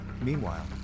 Meanwhile